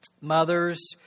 mothers